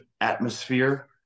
atmosphere